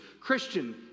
Christian